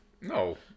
No